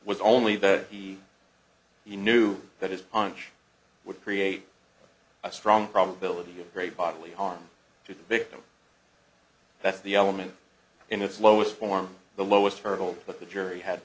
was only that he knew that his aunt would create a strong probability of great bodily harm to the victim that's the element in its lowest form the lowest hurdle but the jury had